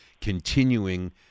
continuing